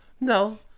No